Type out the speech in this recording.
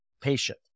patient